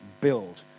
build